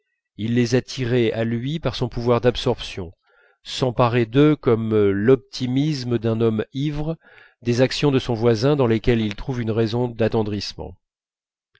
il les attirait à lui par son pouvoir d'absorption s'emparait d'eux comme l'optimisme d'un homme ivre des actions de son voisin dans lesquelles il trouve une raison